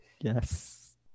Yes